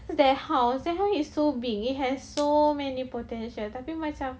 that house that house is so big it has so many potential tapi macam